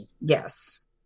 Yes